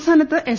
സംസ്ഥാനത്ത് എസ്